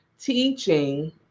teaching